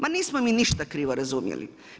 Ma nismo mi ništa krivo razumjeli.